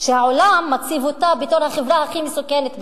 שהעולם מציב אותה בתור החברה הכי מסוכנת בעולם,